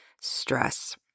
stress